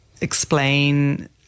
explain